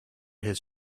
his